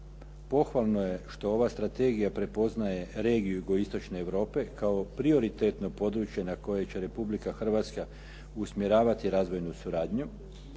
Pohvalno je što ova strategija prepoznaje regiju Jugoistočne Europe kao prioritetno područje na koje će Republika Hrvatska usmjeravati razvojnu suradnju.